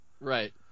Right